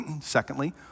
Secondly